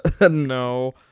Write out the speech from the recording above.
no